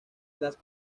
las